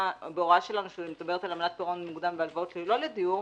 שלנו שמדברת על עמלת פירעון מוקדם בהלוואות שהן לא לדיור,